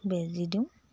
বেজী দিওঁ